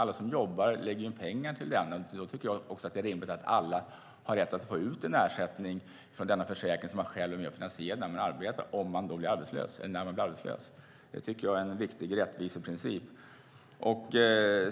Alla som jobbar lägger in pengar till den, och då tycker jag också att det är rimligt att alla har rätt att få ut en ersättning från denna försäkring, som man själv är med och finansierar när man arbetar, om man blir arbetslös. Det tycker jag är en viktig rättviseprincip.